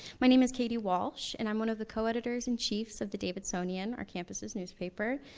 my name is katie walsh, and i'm one of the co-editors and chiefs of the davidsonian, our campus's newspaper.